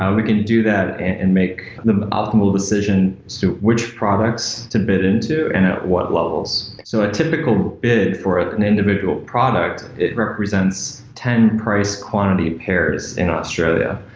ah we can do that and make the optimal decisions to so which products to bid into and at what levels. so a typical bid for an individual product, it represents ten price quantity pairs in australia.